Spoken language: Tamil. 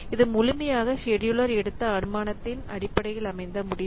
இது முழுமையாகசெடியூலர் எடுத்த அனுமானத்தின் அடிப்படையில் அமைந்த முடிவு